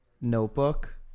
notebook